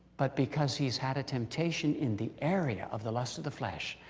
but because he's had a temptation in the area of the lust of the flesh,